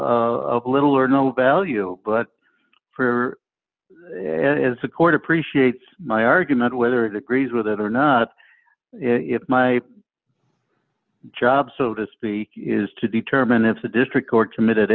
been little or no value but for as the court appreciates my argument whether it agrees with it or not if my job so to speak is to determine if the district court committed